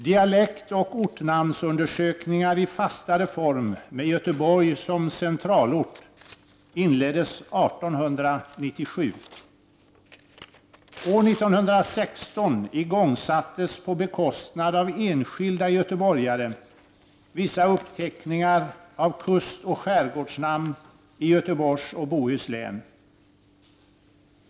Dialektoch ortnamnsundersökningar i fastare form, med Göteborg som centralort, inleddes 1897. År 1916 igångsattes på bekostnad av enskilda göteborgare vissa uppteckningar av kustoch skärgårdsnamn i Göteborgs och Bohus län.